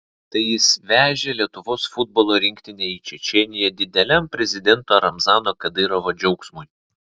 tai jis vežė lietuvos futbolo rinktinę į čečėniją dideliam prezidento ramzano kadyrovo džiaugsmui